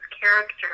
character